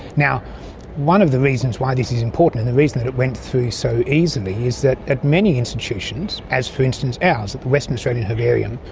one of the reasons why this is important and the reason that it went through so easily is that at many institutions, as for instance ours at the western australian herbarium,